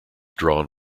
drawn